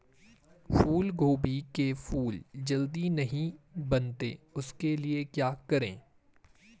फूलगोभी के फूल जल्दी नहीं बनते उसके लिए क्या करें?